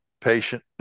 patient